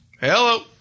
Hello